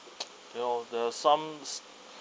you know the some's